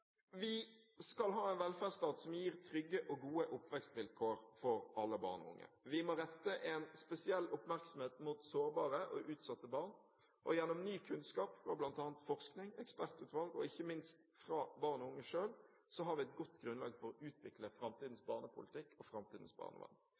Vi skal ha en velferdsstat som gir trygge og gode oppvekstvilkår for alle barn og unge. Vi må rette en spesiell oppmerksomhet mot sårbare og utsatte barn. Gjennom ny kunnskap fra bl.a. forskning, ekspertutvalg og ikke minst fra barn og unge selv har vi et godt grunnlag for å utvikle framtidens